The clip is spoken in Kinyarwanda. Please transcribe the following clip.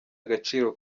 agaciro